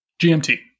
GMT